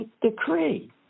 decree